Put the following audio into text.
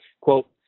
quote